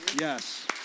Yes